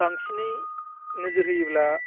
बांसिनै नोजोर होयोब्ला